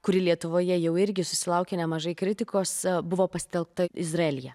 kuri lietuvoje jau irgi susilaukė nemažai kritikos buvo pasitelkta izraelyje